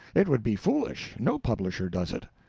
it would be foolish. no publisher does it.